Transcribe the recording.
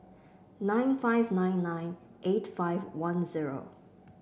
nine five nine nine eight five one zero